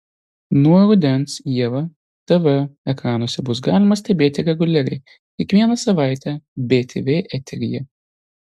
nuo rudens ievą tv ekranuose bus galima stebėti reguliariai kiekvieną savaitę btv eteryje